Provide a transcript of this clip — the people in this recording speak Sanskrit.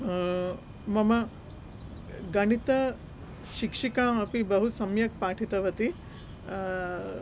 मम गणितशिक्षिका अपि बहु सम्यक् पाठितवती